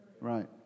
Right